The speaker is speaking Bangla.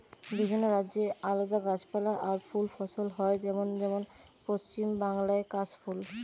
বিভিন্ন রাজ্যে আলদা গাছপালা আর ফুল ফসল হয় যেমন যেমন পশ্চিম বাংলায় কাশ ফুল